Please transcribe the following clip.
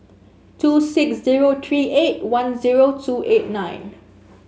two six zero three eight one zero two eight nine